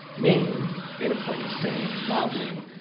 ming made a point of saying loudly,